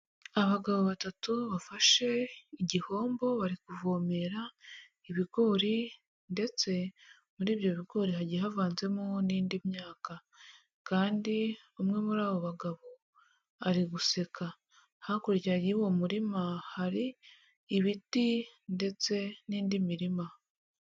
Abagabo batatu bafashe igihombo, bari kuvomera ibigori, ndetse muri ibyo bigori hagiye havanzemo n'indi myaka kandi umwe muri abo bagabo ari guseka, hakurya y'uwo murima hari ibiti ndetse n'indi mirima.